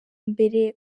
mbere